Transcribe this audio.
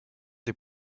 des